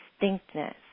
distinctness